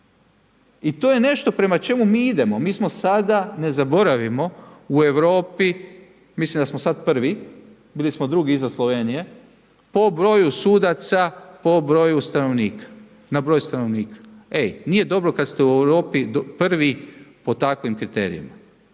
I to je nešto prema čemu mi idemo. Mi smo sada, ne zaboravimo, u Europi, mislim da smo sad prvi, bili smo drugi iza Slovenije, po broju sudaca na broj stanovnika, ej nije dobro kad ste u Europi prvi po takvim kriterijima.